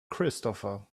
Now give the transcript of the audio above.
christopher